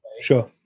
Sure